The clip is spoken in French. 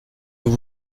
vous